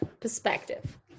perspective